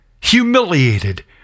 humiliated